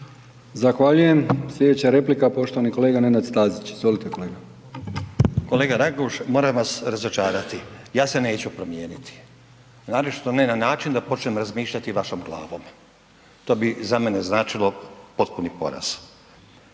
Zahvaljujem. Slijedeća replika poštovani kolega Nenad Stazić, izvolite kolega. . **Stazić, Nenad (SDP)** Kolega Raguž, moram vas razočarati, ja se neću promijeniti, naročito ne na način da počnem razmišljati vašom glavom, to bi za mene značilo potpuni poraz.